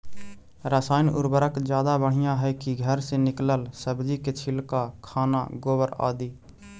रासायन उर्वरक ज्यादा बढ़िया हैं कि घर से निकलल सब्जी के छिलका, खाना, गोबर, आदि?